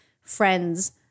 friends